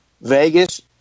Vegas